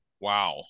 Wow